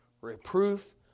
Reproof